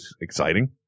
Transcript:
exciting